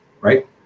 right